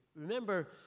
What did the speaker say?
Remember